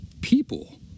people